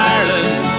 Ireland